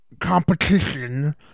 competition